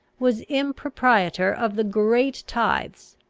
was impropriator of the great tithes,